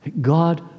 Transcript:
God